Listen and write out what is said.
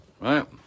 right